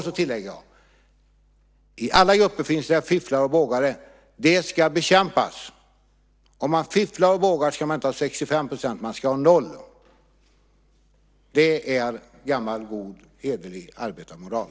Så tillägger jag: I alla grupper finns det sådana som sysslar med fiffel och båg, och de ska bekämpas. Om man gör det ska man inte ha 65 %, man ska ha 0 i ersättning. Det är gammal, god, hederlig arbetarmoral.